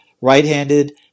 right-handed